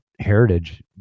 heritage